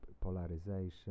polarization